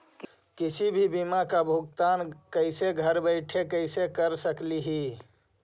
किसी भी बीमा का भुगतान कैसे घर बैठे कैसे कर स्कली ही?